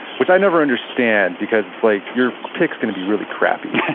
which i never understand because it's like your pic's going to be really crappy.